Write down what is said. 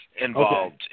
involved